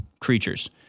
creatures